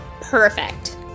Perfect